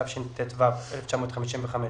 התשט"ו-1955,